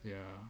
ya